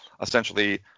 essentially